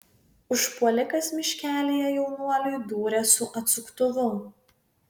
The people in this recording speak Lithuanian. užpuolikas miškelyje jaunuoliui dūrė su atsuktuvu